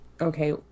okay